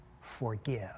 Forgive